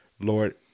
Lord